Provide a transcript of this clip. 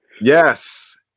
Yes